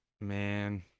Man